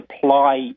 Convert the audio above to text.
supply